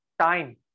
time